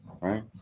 right